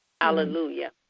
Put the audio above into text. Hallelujah